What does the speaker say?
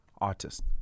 artist